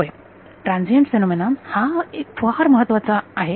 होय transients phenomenon हा फार महत्वाचा आहे